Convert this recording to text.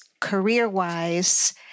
career-wise